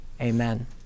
Amen